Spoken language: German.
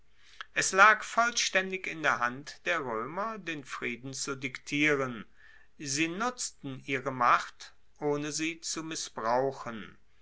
es lag vollstaendig in der hand der roemer den frieden zu diktieren sie nutzten ihre macht ohne sie zu missbrauchen